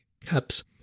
cups